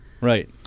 Right